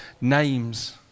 names